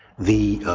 the